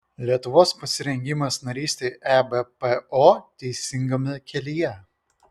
lietuvos pasirengimas narystei ebpo teisingame kelyje